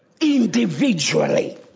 individually